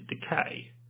decay